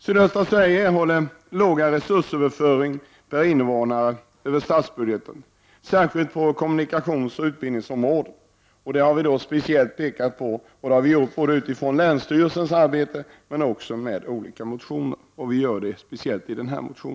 Sydöstra Sverige erhåller låga resursöverföringar per invånare över statsbudgeten, särskilt på kommunikationsoch utbildningsområdet. Detta har vi speciellt pekat på i länsstyrelsens arbete men också i olika motioner, och vi gör det speciellt i motion A50.